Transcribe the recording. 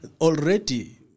Already